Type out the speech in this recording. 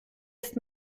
ist